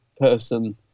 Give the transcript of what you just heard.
person